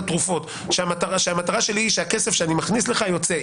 התרופות המטרה שלי היא שהכסף שאני מכניס לך יוצא.